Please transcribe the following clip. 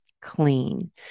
clean